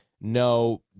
no